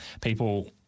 people